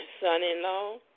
son-in-law